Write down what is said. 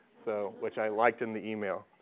so which i liked in the email.